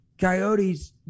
coyotes